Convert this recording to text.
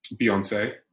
Beyonce